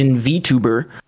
VTuber